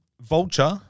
Vulture